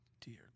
Dear